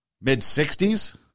Mid-60s